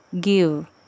Give